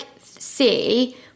see